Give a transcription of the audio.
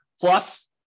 plus